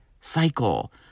cycle